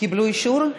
קיבלו אישור?